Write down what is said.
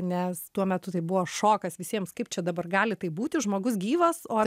nes tuo metu tai buvo šokas visiems kaip čia dabar gali taip būti žmogus gyvas o